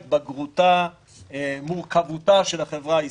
התבגרותה, מורכבותה של החברה הישראלית.